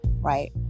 right